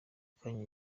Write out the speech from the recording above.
kanya